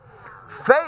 Faith